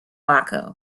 baku